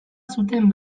zuten